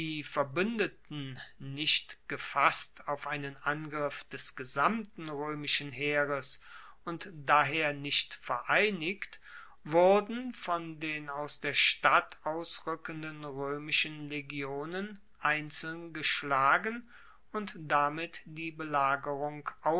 verbuendeten nicht gefasst auf einen angriff des gesamten roemischen heeres und daher nicht vereinigt wurden von den aus der stadt ausrueckenden roemischen legionen einzeln geschlagen und damit die belagerung